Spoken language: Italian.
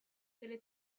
delle